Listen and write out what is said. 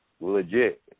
Legit